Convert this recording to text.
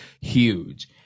huge